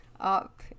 Up